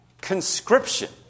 conscription